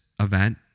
event